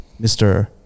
Mr